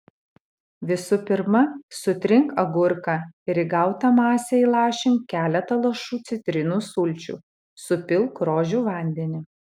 visų pirma sutrink agurką ir į gautą masę įlašink keletą lašų citrinų sulčių supilk rožių vandenį